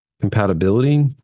compatibility